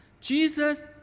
Jesus